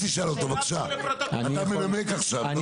אתה מנמק עכשיו, לא?